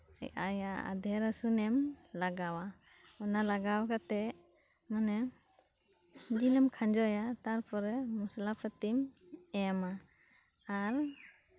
ᱟᱭᱟᱜ ᱟᱫᱟ ᱨᱟᱥᱩᱱ ᱮᱢ ᱞᱟᱜᱟᱣᱟᱜᱼᱟ ᱚᱱᱟ ᱞᱟᱜᱟᱣ ᱠᱟᱛᱮᱫ ᱢᱟᱱᱮ ᱡᱮᱹᱞ ᱮᱢ ᱠᱷᱟᱸᱡᱚᱭᱟ ᱛᱟᱨᱯᱚᱨᱮ ᱢᱚᱥᱞᱟ ᱯᱟᱛᱤᱢ ᱮᱢ ᱢᱟ ᱟᱨ